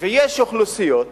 ויש אוכלוסיות שמעוניינות,